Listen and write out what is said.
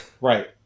Right